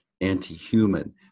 anti-human